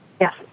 Yes